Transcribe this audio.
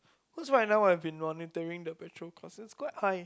cause right I've been monitoring the petrol costs quite high